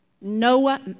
Noah